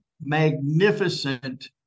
magnificent